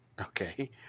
okay